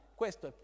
questo